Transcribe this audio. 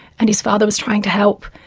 and his father was trying to help.